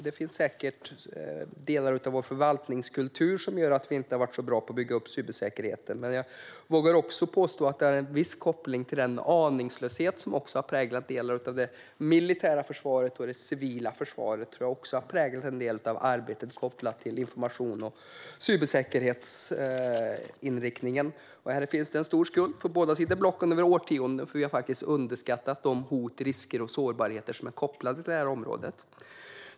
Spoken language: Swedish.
Det är säkert delar av vår förvaltningskultur som har gjort att vi inte har varit så bra på att bygga upp cybersäkerheten. Men jag vågar påstå att det finns en viss koppling till den aningslöshet som också har präglat delar av det militära försvaret. Det civila försvaret tror jag också har präglat en del av arbetet kopplat till informations och cybersäkerhetsinriktningen. För detta finns det en stor skuld hos båda de politiska blocken över årtionden, eftersom vi faktiskt har underskattat de hot, risker och sårbarheter som är kopplade till detta område.